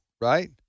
right